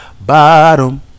Bottom